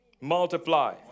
Multiply